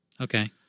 Okay